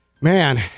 Man